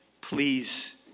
Please